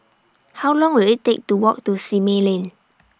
How Long Will IT Take to Walk to Simei Lane